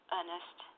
earnest